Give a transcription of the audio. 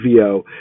VO